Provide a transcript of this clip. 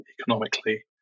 economically